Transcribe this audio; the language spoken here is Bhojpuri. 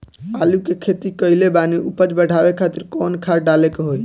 आलू के खेती कइले बानी उपज बढ़ावे खातिर कवन खाद डाले के होई?